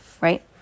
right